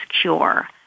cure